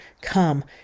Come